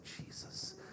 Jesus